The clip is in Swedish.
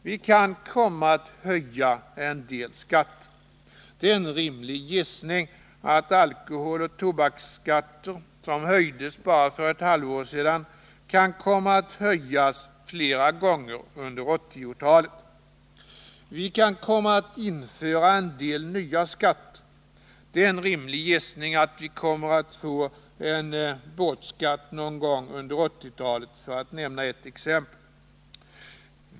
Vi kan komma att höja en del skatter — det är en rimlig gissning att alkoholoch tobaksskatter, som höjdes för bara ett halvår sedan, kan komma att höjas flera gånger under 1980-talet. Vi kan komma att införa en del nya skatter — det är en rimlig gissning att vi kommer att få en båtskatt någon gång under 1980-talet, för att nämna ett exempel.